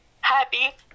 happy